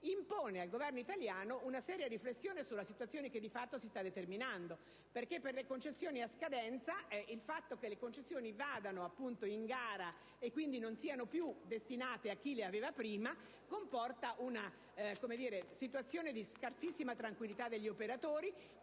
impone al Governo italiano una seria riflessione sulla situazione che di fatto si sta determinando. Infatti, per quanto riguarda le concessioni a scadenza, che queste vengano assegnate con gara, e quindi non siano più destinate a chi le aveva prima, comporta una situazione di scarsissima tranquillità degli operatori